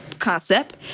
concept